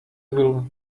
will